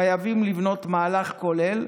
חייבים לבנות מהלך כולל.